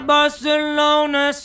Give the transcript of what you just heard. Barcelona